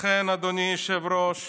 לכן, אדוני היושב-ראש,